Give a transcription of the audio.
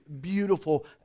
beautiful